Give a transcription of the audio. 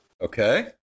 Okay